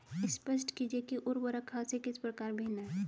स्पष्ट कीजिए कि उर्वरक खाद से किस प्रकार भिन्न है?